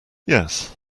yes